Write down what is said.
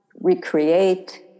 recreate